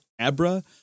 Abra